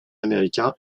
américain